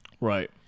Right